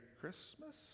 Christmas